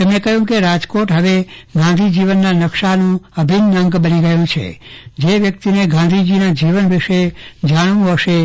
તેમણે કહ્યું કે રાજકોટ હવે ગાંધી જીવનના નકશાનું અભિન્ન અંગ બની ગયું છે જે વ્યક્તિને ગાંધીજીના જીવન વિશે જાણવું હશે